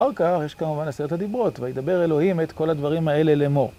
או כך, יש כמובן עשרת הדיברות, וידבר אלוהים את כל הדברים האלה לאמר.